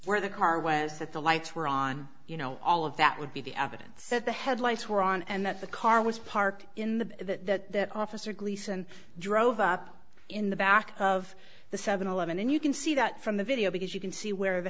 where the car was that the lights were on you know all of that would be the evidence that the headlights were on and that the car was parked in the that officer gleason drove up in the back of the seven eleven and you can see that from the video because you can see where the